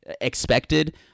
expected